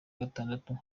gatandatu